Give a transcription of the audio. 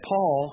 Paul